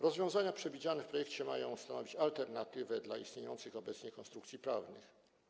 Rozwiązania przewidziane w projekcie mają stanowić alternatywę dla istniejących obecnie konstrukcji prawnych.